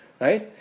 right